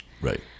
Right